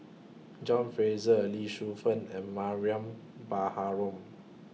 John Fraser Lee Shu Fen and Mariam Baharom